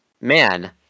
man